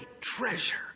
treasure